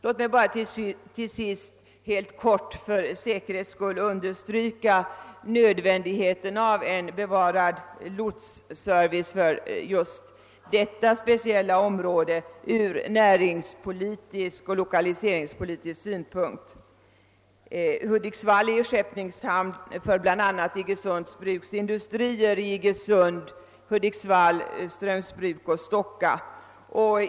Låt mig bara till sist för säkerhets skull helt kort understryka nödvändigheten av en bevarad lotsservice för det av mig berörda speciella området från näringspolitisk och lokaliseringspolitisk synpunkt liksom med hänsyn till beredskapsaspekterna. Hudiksvall är skeppningshamn för bl.a. Iggesunds bruks industrier i Iggesund, Hudiksvall, Strömsbruk och Stocka.